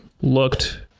looked